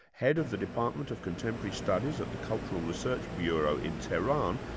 head of the department of contemporary studies at the cultural research bureau in tehran,